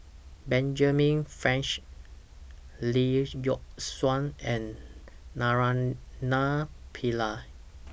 Benjamin Franks Lee Yock Suan and Naraina Pillai